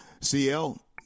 cl